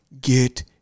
get